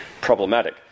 problematic